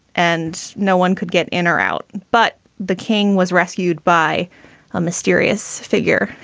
and no one could get in or out. but the king was rescued by a mysterious figure.